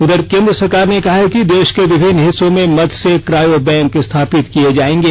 उधर केंद्र सरकार ने कहा है कि देश के विभिन्न हिस्सों में मत्स्य क्रायो बैंक स्थापित किये जायेंगे